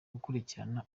gukurikirana